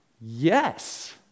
yes